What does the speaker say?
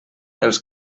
els